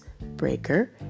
Breaker